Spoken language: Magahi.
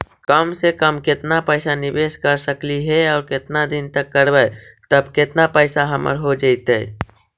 कम से कम केतना पैसा निबेस कर सकली हे और केतना दिन तक करबै तब केतना पैसा हमर हो जइतै?